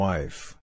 Wife